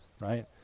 right